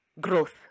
Growth